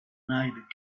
night